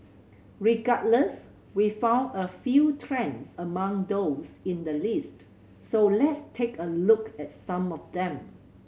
regardless we found a few trends among those in the list so let's take a look at some of them